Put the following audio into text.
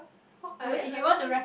what I I won't